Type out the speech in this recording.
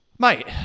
Mate